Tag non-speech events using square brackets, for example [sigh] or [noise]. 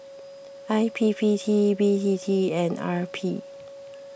[noise] I P P T B T T and R P